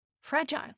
fragile